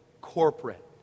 corporate